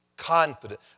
confident